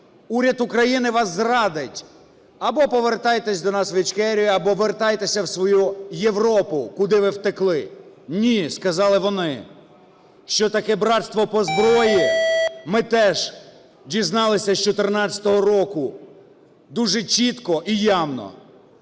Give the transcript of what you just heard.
уряд України вас зрадить, або повертайтесь до нас в Ічкерію, або вертайтеся в свою Європу, куди ви втекли. Ні, сказали вони. Що таке братство по зброї, ми теж дізналися з 2014 року, дуже чітко і явно.